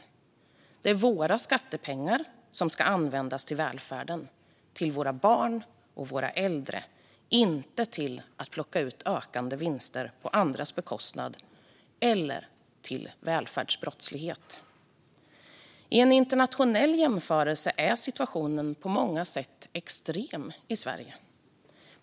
Det handlar om våra skattepengar, som ska användas till välfärden, till våra barn och våra äldre, inte till att plocka ut ökande vinster på andras bekostnad eller till välfärdsbrottslighet. I en internationell jämförelse är situationen på många sätt extrem i Sverige.